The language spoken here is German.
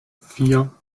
vier